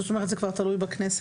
זאת אומרת זה כבר תלוי בכנסת,